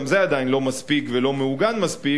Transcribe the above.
גם זה עדיין לא מספיק ולא מעוגן מספיק,